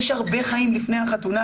יש הרבה חיים לפני החתונה,